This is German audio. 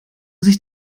sich